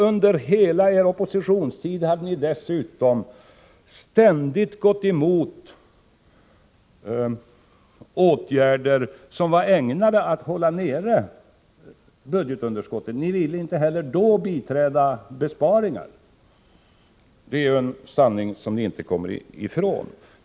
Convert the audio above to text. Under hela er oppositionstid gick ni dessutom ständigt emot åtgärder som var ägnade att hålla nere budgetunderskottet — ni ville inte heller då biträda förslag om besparingar. — Det är en sanning som ni inte kommer ifrån.